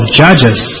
judges